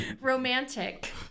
romantic